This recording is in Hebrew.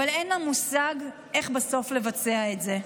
אבל אין לה מושג איך בסוף לבצע את זה.